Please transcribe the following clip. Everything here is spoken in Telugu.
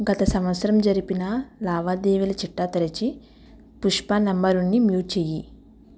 గత సంవత్సరం జరిపిన లావాదేవీల చిట్టా తెరచి పుష్ప నంబరుని మ్యూట్ చేయి